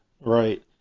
right